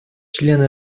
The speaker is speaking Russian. члены